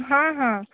ହଁ ହଁ